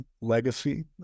legacy